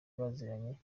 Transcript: baziranye